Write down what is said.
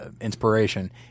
Inspiration